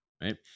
Right